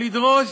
לדרוש